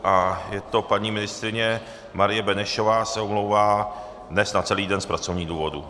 A je to paní ministryně Marie Benešová, omlouvá se dnes na celý den z pracovních důvodů.